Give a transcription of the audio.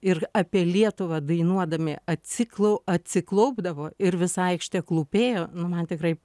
ir apie lietuvą dainuodami atsiklau atsiklaupdavo ir visa aikštė klūpėjo man tikrai